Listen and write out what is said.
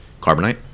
carbonite